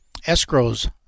escrows